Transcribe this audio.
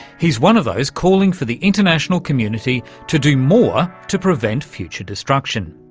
he's one of those calling for the international community to do more to prevent future destruction.